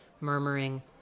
murmuring